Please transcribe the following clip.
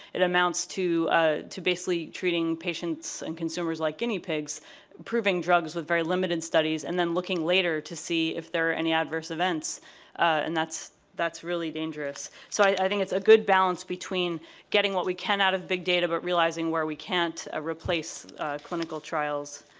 it amounts to ah to basically treating patients and consumers like guinea pigs proving drugs with very limited studies and then looking later to see if there any adverse events and that's that's really dangerous, so i think it's a good balance between getting what we can out of big data but realizing where we can't ah replace the clinical trials.